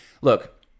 look